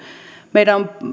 meidän